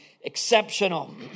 exceptional